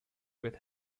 with